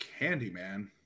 Candyman